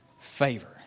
favor